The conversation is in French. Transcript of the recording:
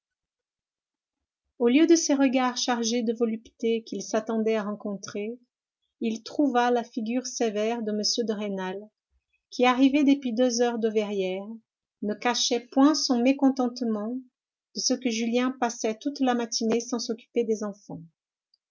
au lieu de ces regards chargés de volupté qu'il s'attendait à rencontrer il trouva la figure sévère de m de rênal qui arrivé depuis deux heures de verrières ne cachait point son mécontentement de ce que julien passait toute la matinée sans s'occuper des enfants